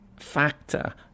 factor